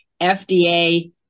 FDA